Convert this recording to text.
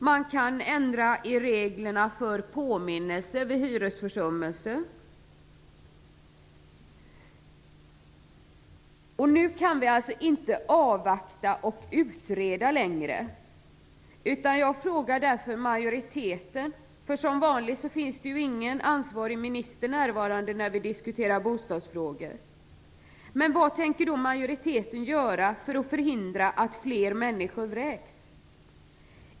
Man kan ändra i reglerna om påminnelse vid betalningsförsummelse. Nu kan vi inte avvakta och utreda längre. Jag frågar därför majoriteten -- som vanligt är ingen ansvarig minister närvarande när vi diskuterar bostadsfrågor -- vad den tänker göra för att förhindra att flera människor vräks.